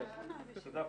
הישיבה